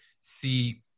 see